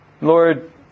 Lord